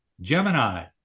Gemini